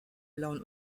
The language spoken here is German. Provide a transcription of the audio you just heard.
blauen